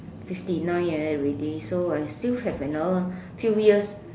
fifty nine already so I still have another few years